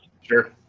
sure